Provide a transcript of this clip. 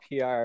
PR